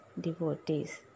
devotees